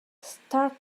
start